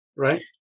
Right